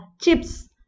chips